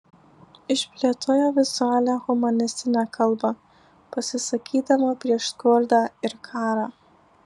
išplėtojo vizualią humanistinę kalbą pasisakydama prieš skurdą ir karą